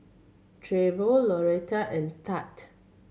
Trevor Loretta and Thad